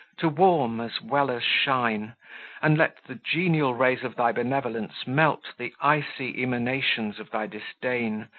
to warm, as well as shine and let the genial rays of thy benevolence melt the icy emanations of thy disdain,